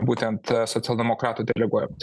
būtent socialdemokratų deleguojamas